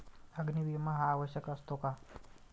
अग्नी विमा हा आवश्यक असतो का?